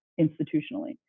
institutionally